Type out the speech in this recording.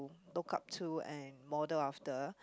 look up to and model after